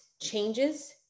changes